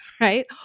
right